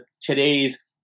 today's